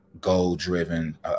goal-driven